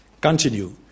continue